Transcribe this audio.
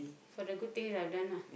for the good things that I have done ah